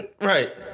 Right